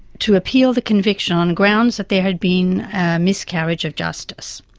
to appeal the conviction on grounds that there had been a miscarriage of justice,